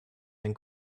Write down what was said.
ein